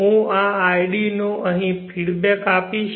હું આ id નો અહીં ફીડબેકઆપીશ